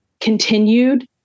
continued